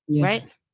right